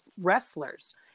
wrestlers